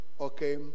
okay